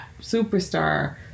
superstar